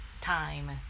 time